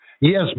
Yes